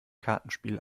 kartenspiel